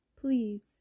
Please